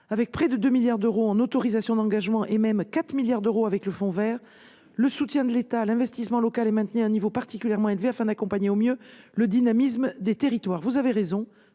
avec près de 2 milliards d'euros en autorisations d'engagement- et même 4 milliards d'euros en incluant le fonds vert -, le soutien de l'État à l'investissement local est maintenu à un niveau particulièrement élevé, afin d'accompagner au mieux le dynamisme des territoires. Vous avez raison,